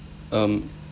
um